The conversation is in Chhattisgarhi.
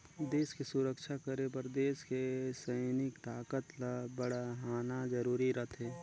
देस के सुरक्छा करे बर देस के सइनिक ताकत ल बड़हाना जरूरी रथें